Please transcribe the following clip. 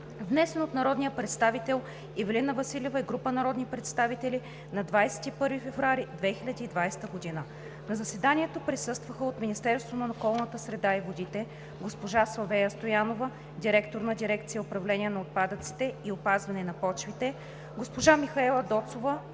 внесен от народния представител Ивелина Василева и група народни представители на 21 февруари 2020 г. На заседанието присъстваха от Министерството на околната среда и водите: госпожа Славея Стоянова – директор на дирекция „Управление на отпадъците и опазване на почвите“, госпожа Михаела Доцова